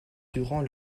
durant